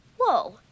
Whoa